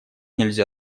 нельзя